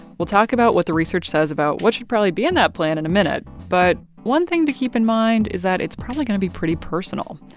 we'll talk about what the research says about what should probably be in that plan in a minute. but one thing to keep in mind is that it's probably going to be pretty personal.